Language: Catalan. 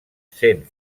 sent